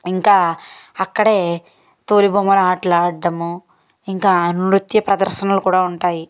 ఇంకా అక్కడే తోలుబొమ్మల ఆటలు ఆడటమూ ఇంకా నృత్య ప్రదర్శనలు కూడా ఉంటాయి